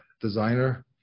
designer